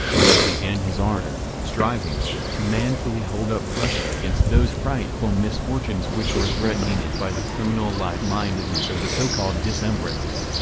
there began his ardor so to manfully hold up russia against those frightful misfortunes which were threatening it by the criminal light-mindedness of the so-called decembrists.